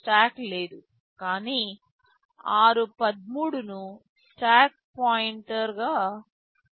stock లేదు కానీ r13 ను స్టాక్ పాయింటర్గా కేటాయించారు